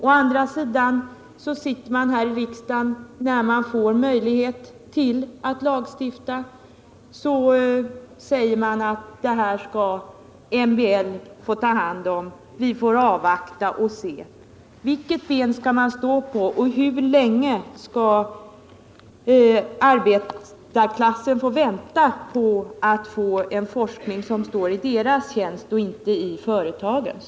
Å andra sidan sitter socialdemokraterna här i riksdagen, då man har möjlighet att lagstifta, och säger att det här skall MBL få ta hand om, vi får avvakta och se. Vilket ben skall man stå på och hur länge skall arbetarklassen behöva vänta på att få en forskning som står i dess tjänst och inte i företagens?